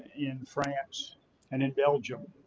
in france and in belgium.